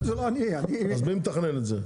מי מתכנן את זה?